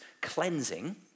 cleansing